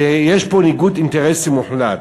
שיש פה ניגוד אינטרסים מוחלט.